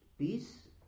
Peace